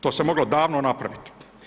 To se moglo davno napravit.